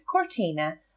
cortina